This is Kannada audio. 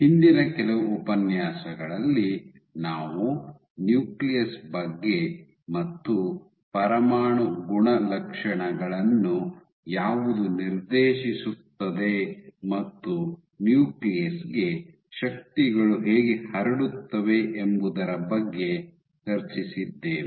ಹಿಂದಿನ ಕೆಲವು ಉಪನ್ಯಾಸಗಳಲ್ಲಿ ನಾವು ನ್ಯೂಕ್ಲಿಯಸ್ ಬಗ್ಗೆ ಮತ್ತು ಪರಮಾಣು ಗುಣಲಕ್ಷಣಗಳನ್ನು ಯಾವುದು ನಿರ್ದೇಶಿಸುತ್ತದೆ ಮತ್ತು ನ್ಯೂಕ್ಲಿಯಸ್ಗೆ ಶಕ್ತಿಗಳು ಹೇಗೆ ಹರಡುತ್ತವೆ ಎಂಬುದರ ಬಗ್ಗೆ ಚರ್ಚಿಸುತ್ತಿದ್ದೇವೆ